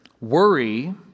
worry